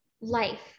life